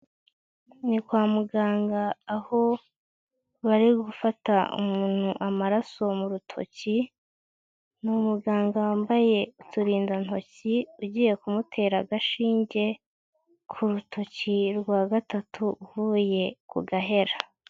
Ni kwa muganga aho bari gufata umuntu amaraso mu rutoki, ni umuganga wambaye uturindantoki ugiye kumutera agashinge ku rutoki rwa gatatu uvuye ku gahera.